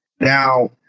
Now